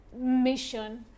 mission